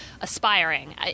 aspiring